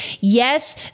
Yes